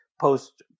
post